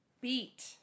beat